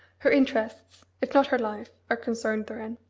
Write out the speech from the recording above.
her interests, if not her life, are concerned therein.